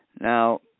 Now